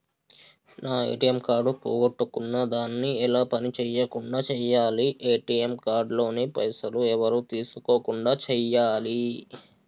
నా ATM card పోగొట్టుకున్నా దాన్ని ఎలా పని చేయకుండా చేయాలి ఏ.టి.ఎమ్ కార్డు లోని పైసలు ఎవరు తీసుకోకుండా చేయాలి?